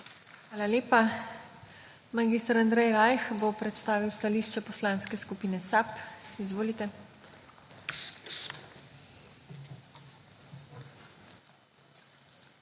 Hvala lepa. Mag. Andrej Rajh bo predstavil stališče Poslanske skupine SAB. Izvolite.